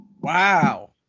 Wow